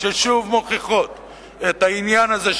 ששוב מוכיחות את העניין הזה,